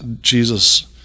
Jesus